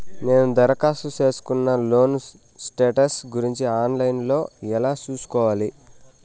నేను దరఖాస్తు సేసుకున్న లోను స్టేటస్ గురించి ఆన్ లైను లో ఎలా సూసుకోవాలి?